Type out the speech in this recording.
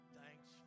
thanks